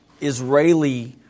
Israeli